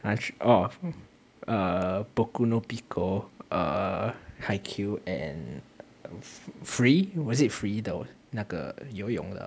!huh! orh uh boku no pico uh haikyu and free was is it free the 那个游泳的